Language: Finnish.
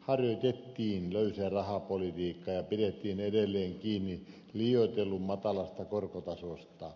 harjoitettiin löysää rahapolitiikkaa ja pidettiin edelleen kiinni liioitellun matalasta korkotasosta